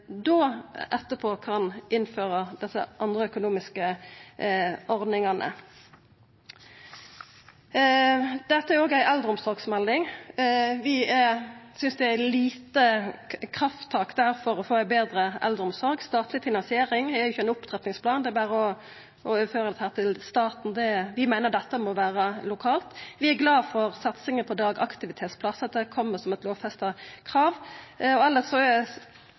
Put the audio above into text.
etterpå kan innføra desse andre økonomiske ordningane. Dette er òg ei eldreomsorgsmelding. Vi synest det er få krafttak i meldinga for å få ei betre eldreomsorg. Statleg finansiering er ikkje ein opptrappingsplan. Det er berre å overføra dette til staten. Vi meiner dette må være lokalt. Vi er glade for satsinga på dagaktivitetsplass, og at det kjem som eit lovfesta krav. Elles må eg nemne legevakt – eg har berre fire sekund igjen av taletida – for det er